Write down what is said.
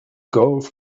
golf